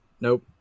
nope